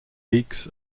leaks